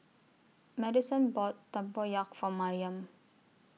Maddison bought Tempoyak For Mariam